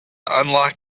unlock